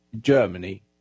Germany